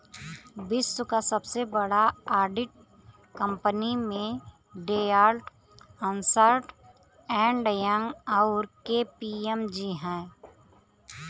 विश्व क सबसे बड़ा ऑडिट कंपनी में डेलॉयट, अन्सर्ट एंड यंग, आउर के.पी.एम.जी हौ